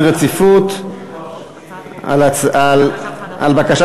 רציפות על הצעת חוק התקשורת (בזק ושידורים)